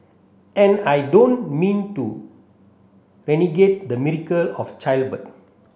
and I don't mean to denigrate the miracle of childbirth